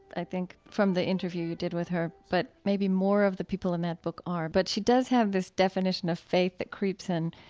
i think, from the interview you did with her, but maybe more of the people in that book are. but she does have this definition of faith that creeps in.